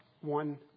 one